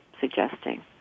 suggesting